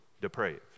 depraved